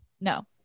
No